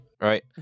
right